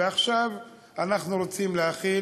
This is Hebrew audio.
ועכשיו אנחנו רוצים להחיל